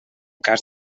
cas